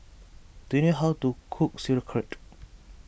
do you know how to cook Sauerkraut